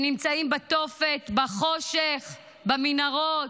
שנמצאים בתופת, בחושך, במנהרות.